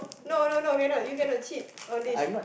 no no no cannot you cannot cheat on this